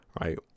right